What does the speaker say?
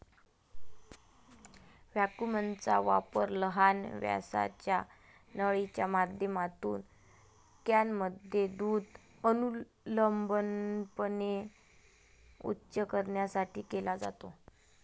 व्हॅक्यूमचा वापर लहान व्यासाच्या नळीच्या माध्यमातून कॅनमध्ये दूध अनुलंबपणे उंच करण्यासाठी केला जातो